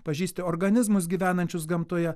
pažįsti organizmus gyvenančius gamtoje